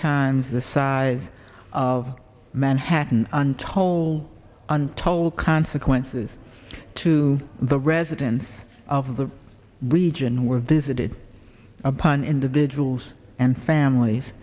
times the size of manhattan and toll untold consequences to the residents of the region were visited upon individuals and families